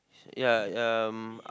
ya um